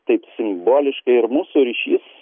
taip simboliškai ir mūsų ryšys